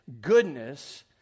goodness